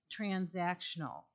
transactional